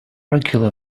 regular